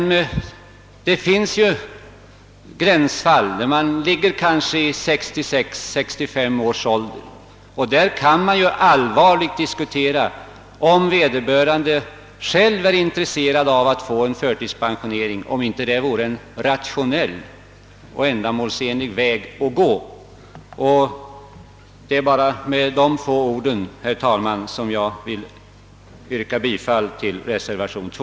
Emellertid finns det gränsfall — personer i 66 eller 65 års ålder — och vad dem beträffar kan man ju allvarligt diskutera, allra helst om vederbörande själv är intresserad av förtidspensionering, om det inte vore en rationell och ändamålsenlig väg att gå. Med dessa få ord ber jag, herr talman, att få yrka bifall till reservation II.